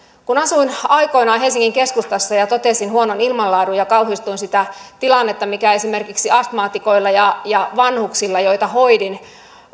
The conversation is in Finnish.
kun asuin aikoinaan helsingin keskustassa ja totesin huonon ilmanlaadun ja kauhistuin sitä tilannetta mikä on esimerkiksi astmaatikoilla ja ja vanhuksilla joita hoidin